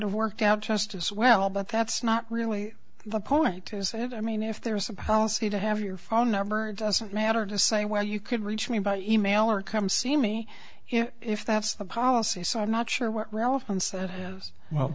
have worked out just as well but that's not really the point is it i mean if they're supposed to have your phone number doesn't matter to say well you could reach me about e mail or come see me if that's the policy so i'm not sure what relevance that is well